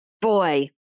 boy